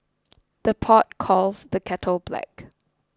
the pot calls the kettle black